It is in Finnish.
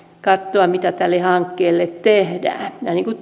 katsoa mitä tälle hankkeelle tehdään ja niin kuin